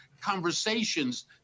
conversations